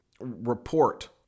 report